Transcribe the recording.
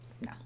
no